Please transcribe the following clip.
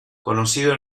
conocida